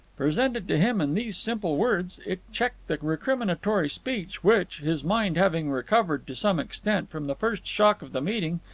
presented to him in these simple words, it checked the recriminatory speech which, his mind having recovered to some extent from the first shock of the meeting,